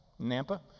Nampa